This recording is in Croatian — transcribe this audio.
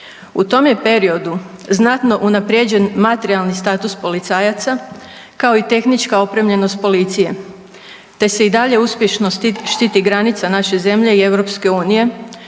U tom je periodu znatno unaprijeđen materijalni status policajaca kao i tehnička opremljenost policije te se i dalje uspješno štiti granica naše zemlje i EU